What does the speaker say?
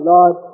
Lord